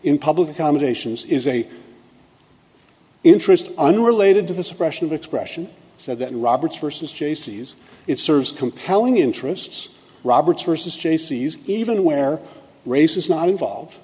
in public accommodations is a interest unrelated to the suppression of expression so that roberts versus jaycee's it serves compelling interests roberts versus jaycee's even where race is not involved